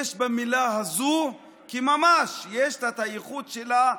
במילה הזאת כי ממש יש לה את הייחוד שלה,